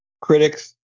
Critics